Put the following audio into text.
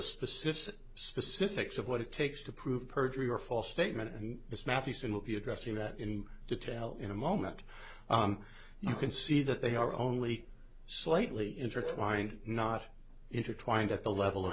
specific specifics of what it takes to prove perjury or false statement and miss mathewson will be addressing that in detail in a moment you can see that they are only slightly intertwined not intertwined at the level of